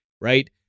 right